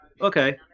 Okay